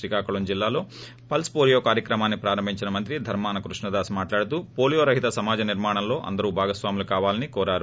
శ్రీకాకుళం జిల్లాలో pulse polio కార్యక్రమాన్ని ప్రారంభించిన మంత్రి ధర్మాన కృష్ణదాస్ మాట్లాడుతూ పోలీయోరహిత సమాజ నిర్మాణంలో అందరూ భాగస్సాములు కావాలని కోరారు